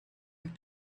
have